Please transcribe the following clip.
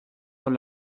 dans